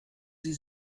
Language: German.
sie